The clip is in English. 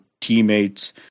teammates